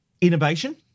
innovation